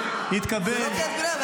זה לא קריאת ביניים.